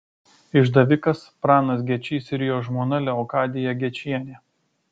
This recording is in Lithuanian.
išdavikas pranas gečys ir jo žmona leokadija gečienė